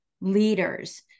leaders